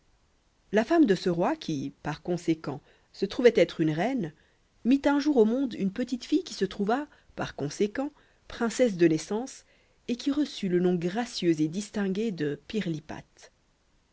la femme de ce roi qui par conséquent se trouvait être une reine mit un jour au monde une petite fille qui se trouva par conséquent princesse de naissance et qui reçut le nom gracieux et distingué de